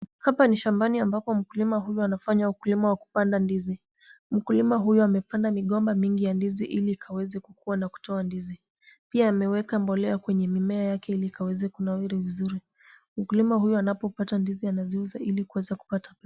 Hapa ni shambani ambapo mkulima huyu anafanya ukulima wa kupanda ndizi. Mkulima huyu amepanda migomba mingi ya ndizi ili ikaweze kukua na kutoa ndizi. Pia ameweka mbolea kwenye mimea yake ili ikaweze kunawiri vizuri. Mkulima huyu anapopata ndizi anaziuza ili aweze kupata pesa.